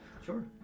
Sure